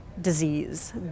disease